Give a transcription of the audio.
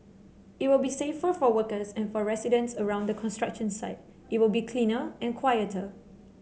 it will be safer for workers and for residents around the construction site it will be cleaner and quieter